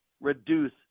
reduce